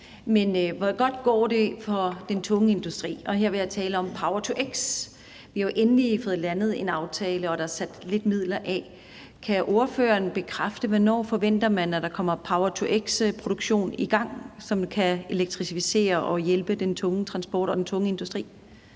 men hvor godt går det for den tunge industri? Og her vil jeg tale om power-to-x. Vi har jo endelig fået landet en aftale, og der er sat lidt midler af. Kan ordføreren fortælle, hvornår man forventer at der kommer en power-to-x-produktion i gang, som kan elektrificere og hjælpe den tunge transport og den tunge industri?